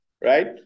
right